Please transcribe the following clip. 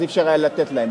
אז לא היה אפשר לתת להם,